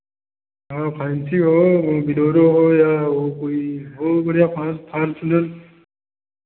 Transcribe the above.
हाँ कोई फैंसी हो ओ बोलेरो हो या वो कोई हो बढ़ियाँ फ़ॉर फ़ॉर्चुनर